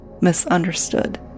misunderstood